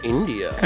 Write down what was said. India